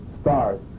stars